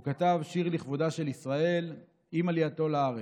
הוא כתב שיר לכבודה של ישראל עם עלייתו לארץ,